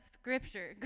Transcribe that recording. scripture